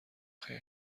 خیر